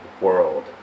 world